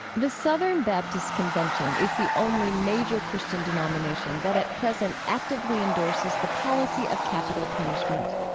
the southern baptist convention is the only major christian denomination that at present actively endorses the policy of capital punishment.